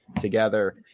together